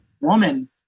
woman